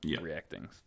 reacting